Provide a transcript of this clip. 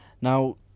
Now